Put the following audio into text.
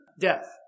death